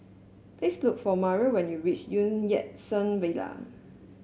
please look for Mario when you reach Yat Sen Villa